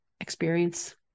experience